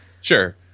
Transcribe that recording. Sure